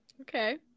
Okay